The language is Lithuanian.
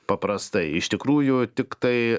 paprastai iš tikrųjų tiktai